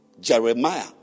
Jeremiah